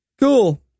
Cool